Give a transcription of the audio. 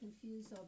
confused